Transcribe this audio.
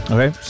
Okay